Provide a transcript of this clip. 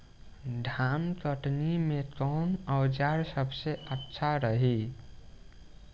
धान कटनी मे कौन औज़ार सबसे अच्छा रही?